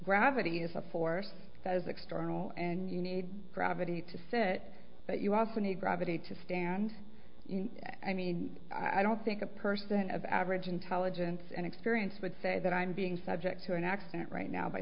gravity is a force that is external and you need gravity to sit but you also need gravity to stand i mean i don't think a person of average intelligence and experience would say that i'm being subject to an accident right now by